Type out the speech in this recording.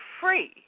free